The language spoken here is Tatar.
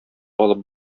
алып